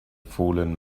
fallen